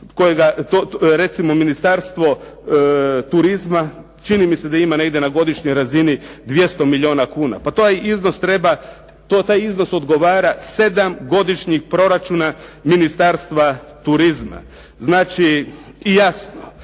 kojega recimo Ministarstvo turizma čini mi se da ima negdje na godišnjoj razini 200 milijuna kuna. Pa taj iznos odgovara sedam godišnjih proračuna Ministarstva turizma. Znači jasno,